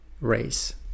race